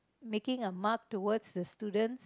making a mark towards the student